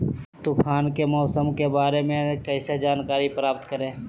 तूफान के मौसम के बारे में कैसे जानकारी प्राप्त करें?